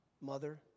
mother